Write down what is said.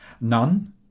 None